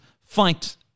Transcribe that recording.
fight